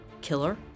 killer